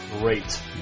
Great